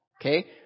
Okay